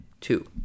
two